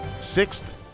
sixth